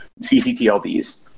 ccTLDs